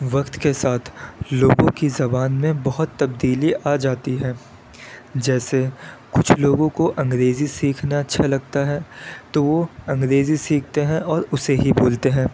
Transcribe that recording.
وقت کے ساتھ لوگوں کی زبان میں بہت تبدیلی آ جاتی ہے جیسے کچھ لوگوں کو انگریزی سیکھنا اچھا لگتا ہے تو وہ انگریزی سیکھتے ہیں اور اسے ہی بولتے ہیں